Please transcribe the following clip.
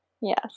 yes